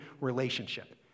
relationship